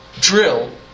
Drill